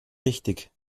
richtig